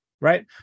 right